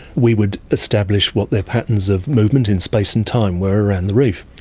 we would establish what their patterns of movement in space and time were around the reef.